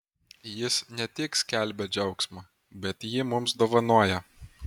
jis ne tik skelbia džiaugsmą bet jį mums dovanoja